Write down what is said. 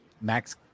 Max